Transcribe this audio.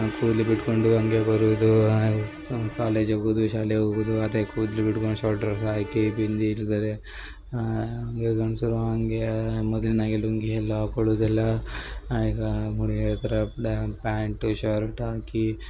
ಕೂದ್ಲು ಬಿಟ್ಕೊಂಡು ಹಾಗೆ ಬರುವುದು ಕಾಲೇಜ್ ಹೋಗೋದು ಶಾಲೆಗ ಹೋಗೋದು ಅದೇ ಕೂದಲು ಬಿಟ್ಕೊಂಡು ಶಾರ್ಟ್ ಡ್ರಸ್ ಹಾಕಿ ಬಿಂದಿ ಇಡ್ದಲೆ ಹಾಗೆ ಗಂಡಸರು ಹಾಗೇ ಮೊದ್ಲಿನ ಹಾಗೆ ಲುಂಗಿ ಎಲ್ಲಾ ಹಾಕೊಳುದಿಲ್ಲ ಈಗ ಹುಡುಗ್ಯರ ಥರ ಪ್ಯಾಂಟ್ ಶರ್ಟ್ ಹಾಕಿ